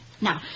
Now